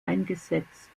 eingesetzt